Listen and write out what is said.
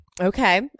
Okay